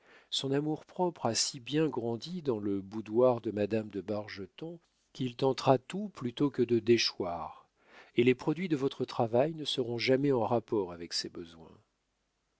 son amour-propre a si bien grandi dans le boudoir de madame de bargeton qu'il tentera tout plutôt que de déchoir et les produits de votre travail ne seront jamais en rapport avec ses besoins